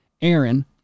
Aaron